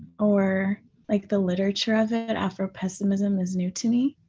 or like the literature of it, and afropessimism is new to me.